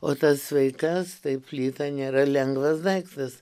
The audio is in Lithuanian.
o tas sveikas tai plyta nėra lengvas daiktas